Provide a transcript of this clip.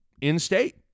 in-state